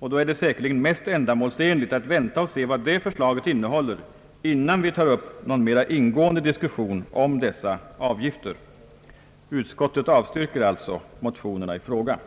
Då är det säkerligen mest ändamålsenligt att vänta och se vad det förslaget innehåller, innan vi tar upp någon mera ingående diskussion om dessa avgifter. Utskottet avstyrker alltså motionerna i fråga.